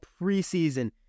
preseason